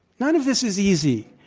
none of this is easy.